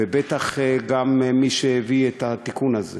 ובטח גם מי שהביא את התיקון הזה: